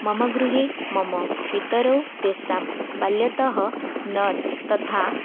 मम गृहे मम पितरौ तेषां बाल्यतः नट् तथा